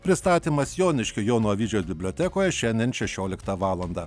pristatymas joniškio jono avyžiaus bibliotekoje šiandien šešioliktą valandą